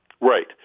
Right